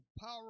power